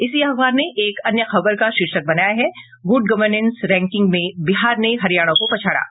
इसी अखबार ने एक अन्य खबर का शीर्षक बनाया है गुड गवर्नेस रैंकिंक में बिहार ने हरियाणा को पछाड़ा